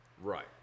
Right